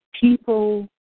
people